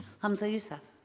humza yousaf